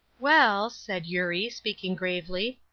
well, said eurie, speaking gravely,